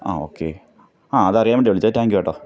ആ ഓക്കെ ആ അതറിയാന് വേണ്ടിയാണ് വിളിച്ചത് താങ്ക് യു കേട്ടോ